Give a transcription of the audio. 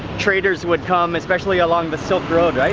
traders would come, especially along the silk road, right?